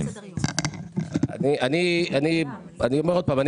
אני אומר עוד פעם,